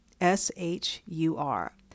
S-H-U-R